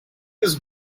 was